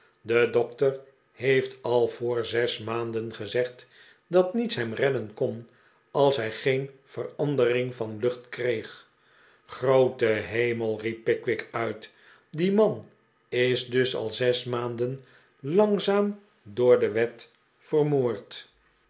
de dokter heeft al voor zes maanden gezegd dat niets hem redden kon als hij geen verandering van lucht kreeg groote hemell riep pickwick uit die man is dus al zes maanden langzaam door de wet vermoord